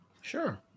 Sure